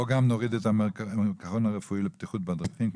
גם כאן נוריד את המכון הרפואי לביטחון בדרכים,